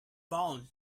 bound